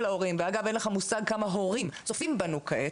הורים ואגב אין לך מושג כמה הורים צופים בנו כעת,